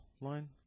line